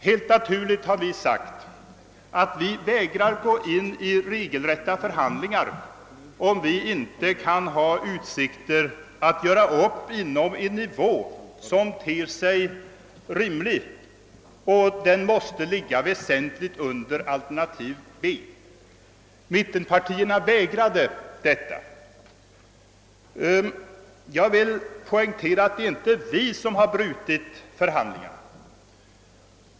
Vi har naturligtvis sagt att vi vägrar ingå i regelrätta förhandlingar, om vi inte har utsikter att kunna göra upp inom en nivå som ter sig rimlig — och den måste ligga väsentligt under alternativ B. Mittenpartierna vägrade detta. Jag vill poängtera att det inte är vi som har brutit förhandlingarna.